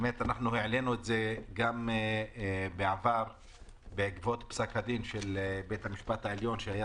העלינו את זה גם בעבר בעקבות פסק הדין של בית המשפט העליון שהיה